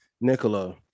Nicola